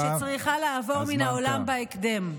שצריכה לעבור מן העולם בהקדם.